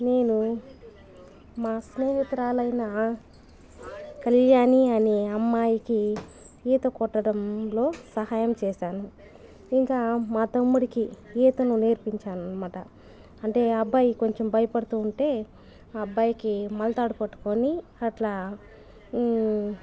నేను మా స్నేహితురాలైనా కళ్యాణి అని అమ్మాయికి ఈత కొట్టడం లో సహాయం చేశాను ఇంకా మా తమ్ముడికి ఈతను నేర్పించాననమాట అంటే ఆ అబ్బాయి కొంచం భయపడుతూ ఉంటే ఆ అబ్బాయికి మొలతాడు పట్టుకొని అట్లా